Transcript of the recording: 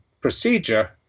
procedure